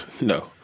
no